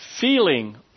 feeling